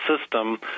system